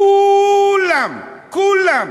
כו-לם, כו-לם